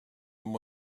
and